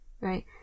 Right